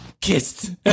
kissed